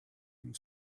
and